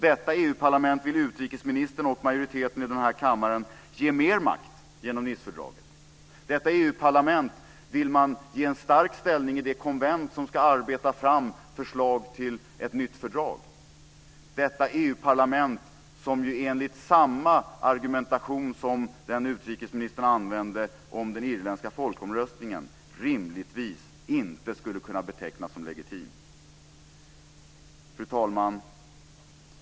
Detta EU-parlament vill utrikesministern och majoriteten i denna kammare ge mer makt genom Nicefördraget; detta EU-parlament vill man ge en stark ställning i det konvent som ska arbeta fram förslag till ett nytt fördrag; detta EU-parlament som enligt samma argumentation som den som utrikesministern använde om den irländska folkomröstningen rimligtvis inte skulle kunna betecknas som legitimt. Fru talman!